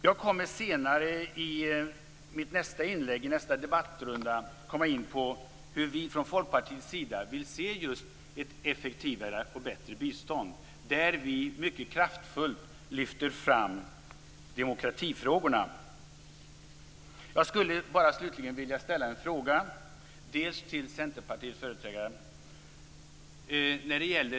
Jag kommer i mitt nästa inlägg, i nästa debattrunda, att komma in på hur vi i Folkpartiet vill se ett effektivare och bättre bistånd. Vi lyfter i det sammanhanget mycket kraftfullt fram demokratifrågorna. Jag vill slutligen ställa ett par frågor, den ena till Centerpartiets företrädare.